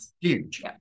huge